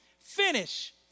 finish